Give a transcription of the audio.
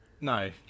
No